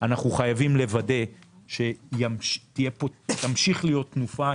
אנחנו חייבים לוודא שתמשיך להיות תנופה,